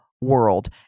world